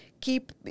keep